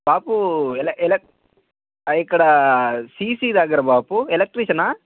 బాపు ఎలా ఎలా ఇక్కడ సీసీ దగ్గర బాపు ఎలక్ట్రీషనా